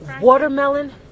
watermelon